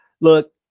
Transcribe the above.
Look